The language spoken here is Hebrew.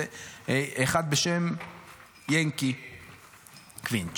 אחד בשם ינקי קוינט.